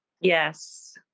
Yes